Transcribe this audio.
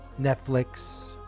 Netflix